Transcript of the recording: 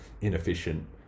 inefficient